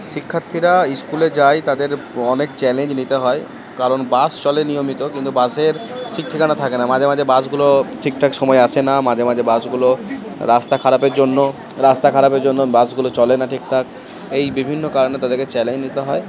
শিক্ষার্থীরা ইস্কুলে যায় তাদের অনেক চ্যালেঞ্জ নিতে হয় কারণ বাস চলে নিয়মিত কিন্তু বাসের ঠিক ঠিকানা থাকে না মাঝে মাঝে বাসগুলো ঠিক ঠাক সময়ে আসে না মাঝে মাঝে বাসগুলো রাস্তা খারাপের জন্য রাস্তা খারাপের জন্য বাসগুলো চলে না ঠিকঠাক এই বিভিন্ন কারণে তাদেরকে চ্যালেঞ্জ নিতে হয়